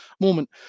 moment